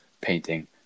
painting